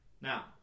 Now